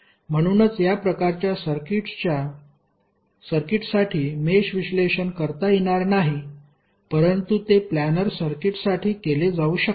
म्हणूनच या प्रकारच्या सर्किट्ससाठी मेष विश्लेषण करता येणार नाही परंतु ते प्लानर सर्किटसाठी केले जाऊ शकते